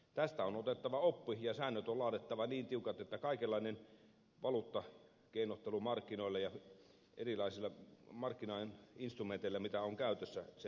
tästä on otettava oppi ja säännöt on laadittava niin tiukat että kaikenlainen valuuttakeinottelu markkinoilla erilaisilla markkinainstrumenteilla joita on käytössä pystytään estämään